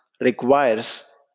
requires